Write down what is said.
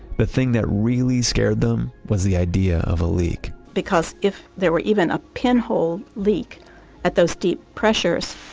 the thing that really scared them was the idea of a leak because if there were even a pinhole leak at those deep pressures,